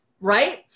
right